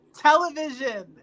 television